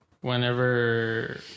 whenever